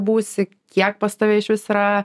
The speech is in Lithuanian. būsi kiek pas tave išvis yra